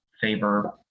favor